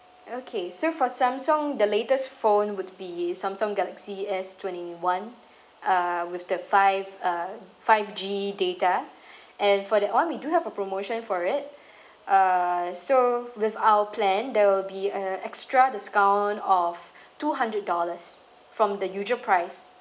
okay so for samsung the latest phone would be samsung galaxy S twenty one uh with the five uh five G data and for that one we do have a promotion for it uh so with our plan there will be uh extra discount of two hundred dollars from the usual price